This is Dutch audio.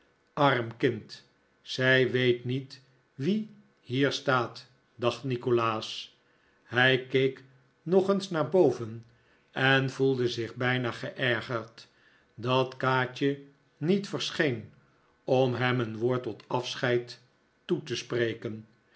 arm kind zij weet niet wie hier staat dacht nikolaas hij keek nog eens naar boven en voelde zich bijna geergerd dat kaatje niet verscheen om hem een woord tot afscheid toe te spreken